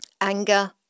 anger